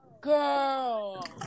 girl